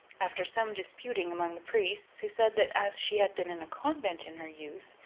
after some disputing among the priests, who said that as she had been in a convent in her youth,